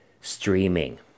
streaming